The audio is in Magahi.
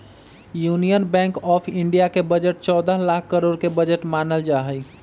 यूनियन बैंक आफ इन्डिया के बजट चौदह लाख करोड के बजट मानल जाहई